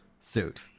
suit